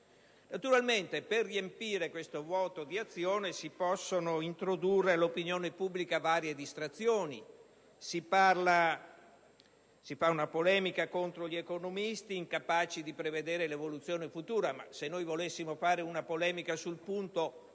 Naturalmente per riempire questo vuoto di azione si possono introdurre all'opinione pubblica varie distrazioni. Si fa una polemica contro gli economisti, incapaci di prevedere l'evoluzione futura: ma se noi volessimo fare una polemica sul punto,